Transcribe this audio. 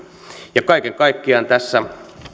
kaiken kaikkiaan tässä